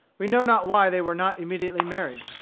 we know not why they where not immediately married.